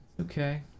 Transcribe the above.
okay